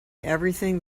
everything